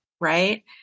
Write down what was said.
Right